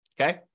okay